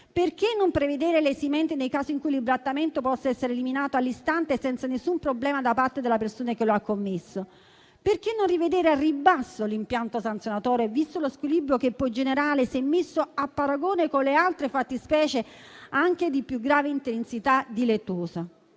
Perché non prevedere l'esimente nei casi in cui l'imbrattamento possa essere eliminato all'istante e senza nessun problema da parte della persona che lo ha commesso? Perché non rivedere al ribasso l'impianto sanzionatorio, visto lo squilibrio che può ingenerare, se messo a paragone con le altre fattispecie, anche di più grave intensità delittuosa?